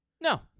no